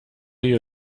you